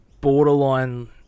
borderline